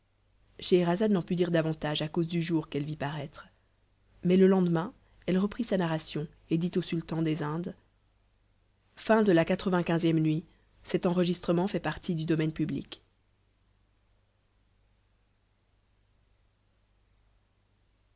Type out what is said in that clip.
scheherazade n'en put dire davantage à cause du jour qu'elle vit paraître mais le lendemain elle reprit sa narration et dit au sultan des indes xcvi nuit